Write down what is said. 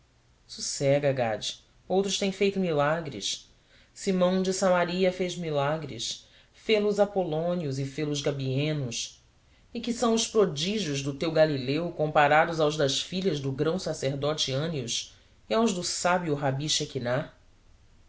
sossega gade outros têm feito milagres simão de samaria fez milagres fê los apolônio e fêlos gabieno e que são os prodígios do teu galileu comparados aos das filhas do grãosacerdote ánio e aos do sábio